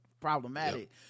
problematic